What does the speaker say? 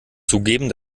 zugeben